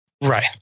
Right